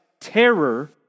terror